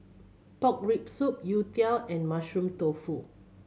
pork rib soup youtiao and Mushroom Tofu